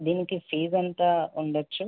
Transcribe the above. దీనికి ఫీస్ ఎంత ఉండవచ్చు